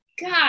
God